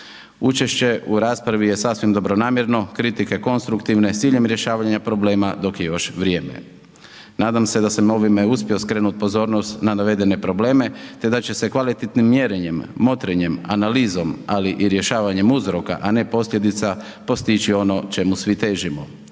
Učešće u raspravi je sasvim dobronamjerno, kritike konstruktivne s ciljem rješavanja problema dok je još vrijeme. Nadam se da sam ovime uspio skrenuti pozornost na navedene probleme te da će se kvalitetnim mjerenjem, motrenjem, analizom ali i rješavanjem uzroka a ne posljedica postići ono čemu svi težimo